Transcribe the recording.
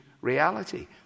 reality